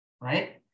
right